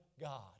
God